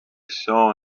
saw